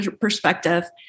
perspective